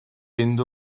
fynd